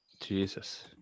Jesus